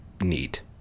neat